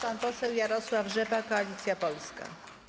Pan poseł Jarosław Rzepa, Koalicja Polska.